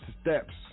steps